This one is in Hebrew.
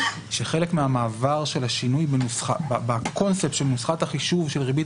שחלק מהמעבר של השינוי בקונספט של נוסחת החישוב של ריבית